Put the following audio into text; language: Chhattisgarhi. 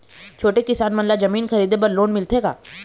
छोटे किसान मन ला जमीन खरीदे बर लोन मिलथे का?